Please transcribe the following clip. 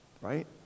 right